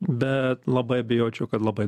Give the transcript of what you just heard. bet labai abejočiau kad labai